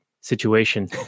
situation